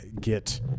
get